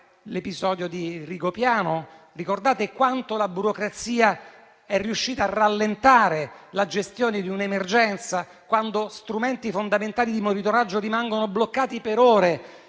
Rigopiano e quanto allora la burocrazia è riuscita a rallentare la gestione di un'emergenza, quando strumenti fondamentali di monitoraggio sono rimasti bloccati per ore